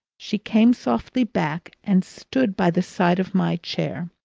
she came softly back and stood by the side of my chair.